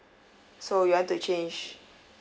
so you want to change